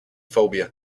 phobia